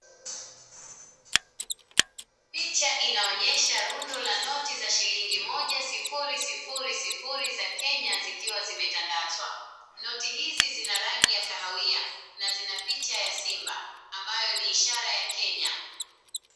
Picha inaonyesha rundo la noti za shilingi moja sufuri sufuri sufuri za Kenya zikiwa zimetandazwa. Noti hizi zina rangi ya kahawia na zina picha ya simba ambayo ni ishara ya Kenya.